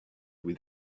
with